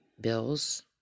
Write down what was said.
bills